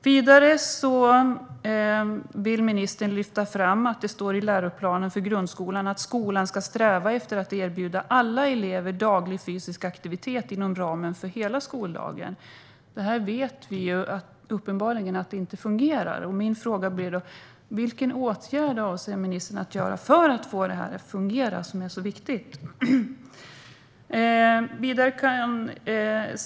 Vidare lyfter ministern fram att det står i läroplanen för grundskolan att skolan ska sträva efter att erbjuda alla elever daglig fysisk aktivitet inom ramen för hela skoldagen. Vi vet ju att detta uppenbarligen inte fungerar. Min fråga blir därför: Vilken åtgärd avser ministern att vidta för att få detta, som är så viktigt, att fungera?